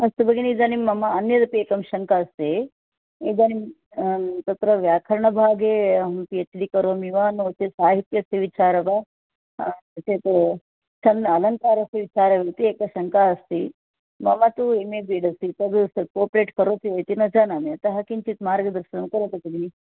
अस्तु भगिनी इदानीं मम अन्यदपि एका शङ्का अस्ति इदानीं तत्र व्याकरणभागे अहं पि एच् डि करोमि वा नो चेत् साहित्यस्य विचारः वा नो चेत् छन्दः अलङ्कारस्य विचारमपि इति एका शङ्का अस्ति मम तु एम् ए बीड्स्ति तद् कोपरेट् करोति इति न जानामि अतः किञ्चित् मार्गदर्शनं करोतु भगिनि